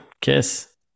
Kiss